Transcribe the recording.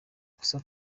kosa